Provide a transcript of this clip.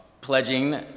Pledging